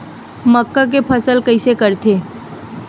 मक्का के फसल कइसे करथे?